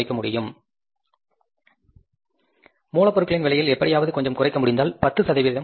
மூலப்பொருட்களின் விலையில் எப்படியாவது கொஞ்சம் குறைக்க முடிந்தால் 10 சதவிகிதம் குறைக்கலாம்